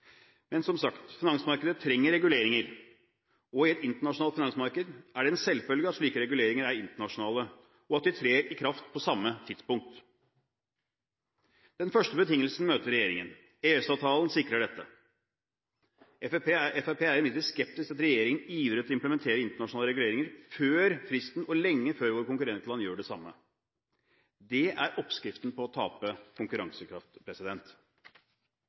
Men som sagt, finansmarkedet trenger reguleringer, og i et internasjonalt finansmarked er det en selvfølge at slike reguleringer er internasjonale, og at de trer i kraft på samme tidspunkt. Den første betingelsen møter regjeringen. EØS-avtalen sikrer dette. Fremskrittspartiet er imidlertid skeptisk til at regjeringen ivrer etter å implementere internasjonale reguleringer før fristen, og lenge før våre konkurrentland gjør det samme. Det er oppskriften på å tape konkurransekraft.